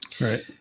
Right